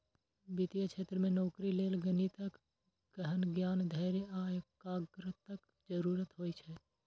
वित्तीय क्षेत्र मे नौकरी लेल गणितक गहन ज्ञान, धैर्य आ एकाग्रताक जरूरत होइ छै